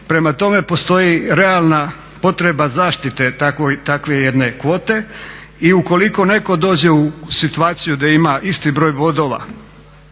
Prema tome, postoji realna potreba zaštite takve jedne kvote i ukoliko netko dođe u situaciju da ima isti broj bodova